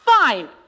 fine